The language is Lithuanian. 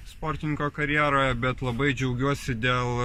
sportininko karjeroje bet labai džiaugiuosi dėl